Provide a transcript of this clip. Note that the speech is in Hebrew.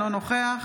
אינו נוכח